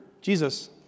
Jesus